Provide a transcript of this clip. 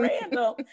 Random